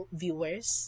viewers